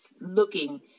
looking